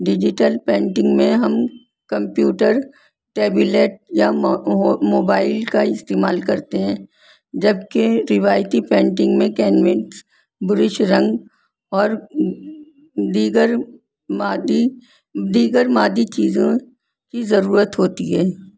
digital painting میں ہم computer tablet یا موبائل کا استعمال کرتے ہیں جبکہ روایتی پینٹنگ میں کینویس برش رنگ اور دیگر مادی دیگر مادی چیزوں کی ضرورت ہوتی ہے